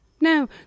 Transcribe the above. no